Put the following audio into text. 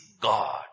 God